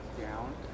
down